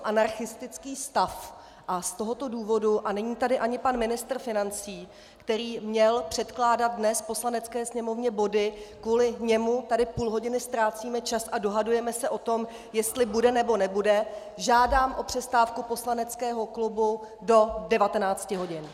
A z tohoto důvodu a není tady ani pan ministr financí, který měl předkládat dnes Poslanecké sněmovně body, kvůli němu tady půl hodiny ztrácíme čas a dohadujeme se o tom, jestli bude, nebo nebude žádám o přestávku poslaneckého klubu do 19 hodin.